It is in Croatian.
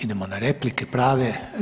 Idemo na replike prave.